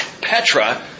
Petra